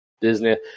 disney